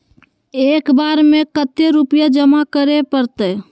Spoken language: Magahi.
एक बार में कते रुपया जमा करे परते?